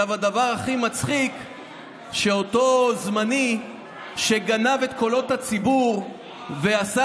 הדבר הכי מצחיק זה שאותו זמני שגנב את קולות הציבור ועשה